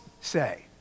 say